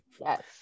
yes